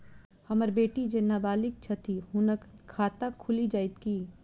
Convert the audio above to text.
हम्मर बेटी जेँ नबालिग छथि हुनक खाता खुलि जाइत की?